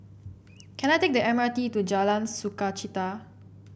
can I take the M R T to Jalan Sukachita